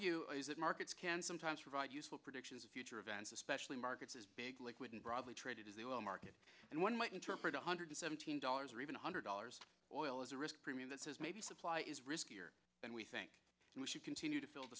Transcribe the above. view is that markets can sometimes provide useful predictions of future events especially markets as big liquid and broadly traded as the oil market and one might interpret one hundred seventeen dollars or even one hundred dollars oil as a risk premium that says maybe supply is riskier than we think and we should continue to fill the